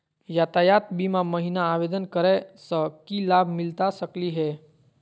यातायात बीमा महिना आवेदन करै स की लाभ मिलता सकली हे?